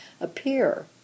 appear